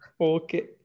Okay